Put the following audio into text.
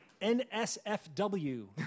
N-S-F-W